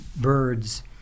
birds